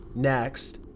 next,